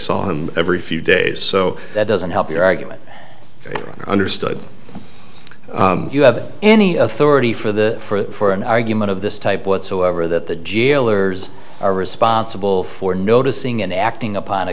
saw him every few days so that doesn't help your argument understood so you have any authority for the for an argument of this type whatsoever that the jailers are responsible for noticing and acting upon a